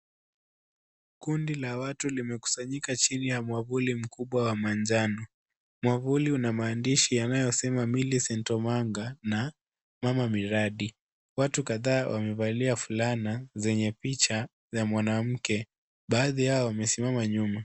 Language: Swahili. Kundi la watu limekusanyika chini ya mwavuli mkubwa wa majano. Mwavuli una maandishi yanayosema Millicent Omanga na mama miradi. Watu kadhaa wamevalia fulana zenye picha za mwanamke. Baadhi yao wamesimama nyuma.